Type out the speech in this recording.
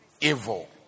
evil